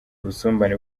ubusumbane